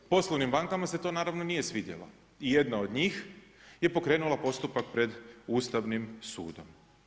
Poslovnim bankama se to naravno nije svidjelo i jedna od njih je pokrenula postupak pred Ustavnim sudom.